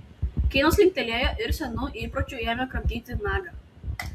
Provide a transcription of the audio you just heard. keinas linktelėjo ir senu įpročiu ėmė kramtyti nagą